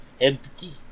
empty